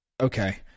okay